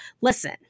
Listen